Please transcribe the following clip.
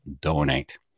donate